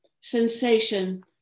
sensation